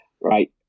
right